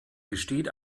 besteht